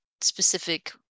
specific